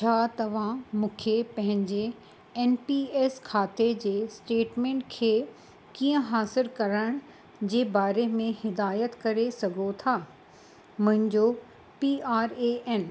छा तव्हां मुखे पंहिंजे एन पी एस खाते जे स्टेटमेंट खे कीअं हासिल करण जे बारे में हिदायत करे सघो था मुंहिंजो पी आर ए एन